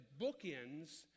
bookends